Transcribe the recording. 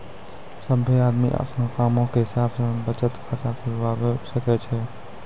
सभ्भे आदमी अपनो कामो के हिसाब से बचत खाता खुलबाबै सकै छै